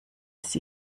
sie